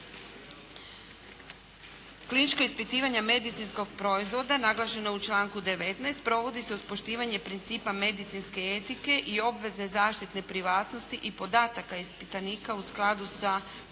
Kliničko ispitivanje medicinskog proizvoda naglašeno je u članku 19. provodi se uz poštivanje principa medicinske etike i obveze zaštite privatnosti i podataka ispitanika u skladu sa Pravilnikom